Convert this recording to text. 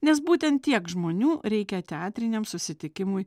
nes būtent tiek žmonių reikia teatriniam susitikimui